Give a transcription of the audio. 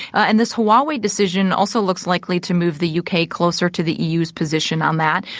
and this huawei decision also looks likely to move the u k. closer to the eu's position on that,